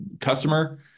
customer